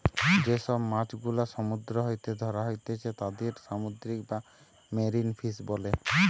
যে সব মাছ গুলা সমুদ্র হইতে ধ্যরা হতিছে তাদির সামুদ্রিক বা মেরিন ফিশ বোলে